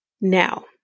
Now